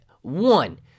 One